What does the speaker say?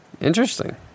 Interesting